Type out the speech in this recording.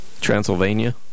Transylvania